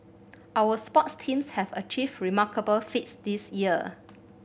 our sports teams have achieved remarkable feats this year